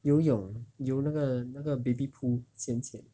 游泳游那个那个 baby pool 浅浅